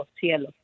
Cielo